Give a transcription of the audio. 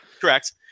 correct